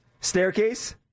Staircase